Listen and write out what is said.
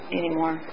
anymore